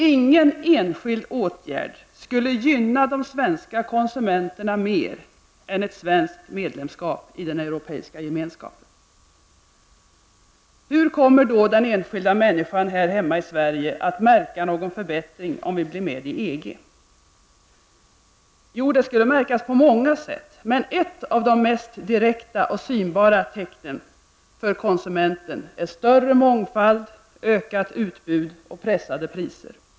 Ingen enskild åtgärd skulle gynna de svenska konsumenterna mer än ett svenskt medlemskap i Hur kommer då den enskilda människan här hemma i Sverige att märka någon förbättring om vi blir med i EG? Det skulle märkas på många sätt, men några av de mest direkta och synbara tecknen för konsumenten är större mångfald, ökat utbud och pressade priser.